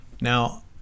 now